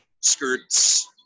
skirts